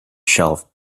shelf